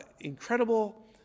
incredible